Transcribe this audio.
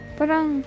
parang